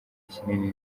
kinini